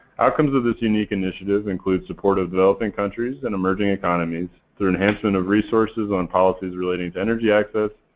outcomes of this unique initiative include support of developing countries and emerging economies through enhancement of resources on policies relating to energy access,